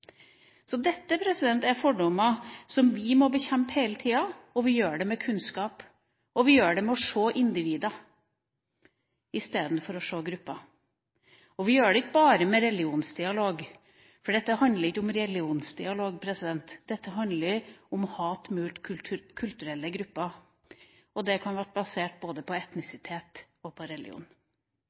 så ser vi at romfolk og jøder er veldig nær i sammenheng for hvordan nasjonalismen bygger opp hatet sitt knyttet til dem. Dette er fordommer som vi må bekjempe hele tida. Vi gjør det med kunnskap, og vi gjør det ved å se individer i stedet for å se grupper. Vi gjør det ikke bare med religionsdialog, for dette handler ikke om religionsdialog. Dette handler om hat mot kulturelle grupper. Det kan